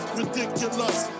ridiculous